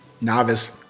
novice